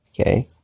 Okay